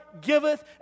giveth